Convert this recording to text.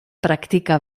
practica